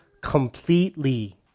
completely